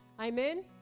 Amen